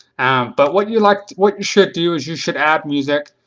but what you like what you should do is you should add music,